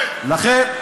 רד.